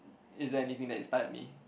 is there anything that inspired me